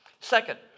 Second